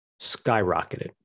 skyrocketed